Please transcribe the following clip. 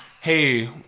Hey